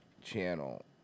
channel